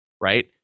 right